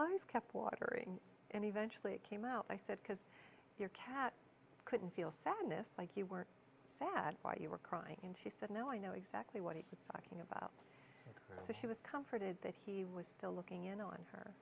eyes kept watering and eventually it came out i said because your cat couldn't feel sadness like you were sad why you were crying and she said no i know exactly what he was talking about so she was comforted that he was still looking in on her